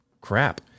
crap